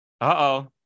Uh-oh